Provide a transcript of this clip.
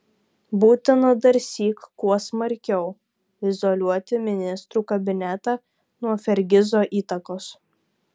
būtina darsyk kuo smarkiau izoliuoti ministrų kabinetą nuo fergizo įtakos